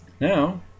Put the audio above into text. Now